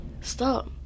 stop